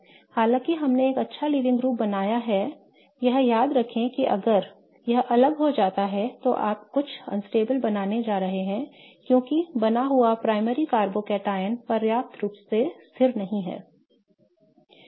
हालांकि हमने एक अच्छा लीविंग ग्रुप बनाया है यह याद रखें कि अगर यह अलग हो जाता है तो आप कुछ अस्थिर बनाने जा रहे हैं क्योंकि बना हुआ प्राइमरी कार्बोकैटायन पर्याप्त रूप से स्थिर नहीं होगा